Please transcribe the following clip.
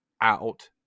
out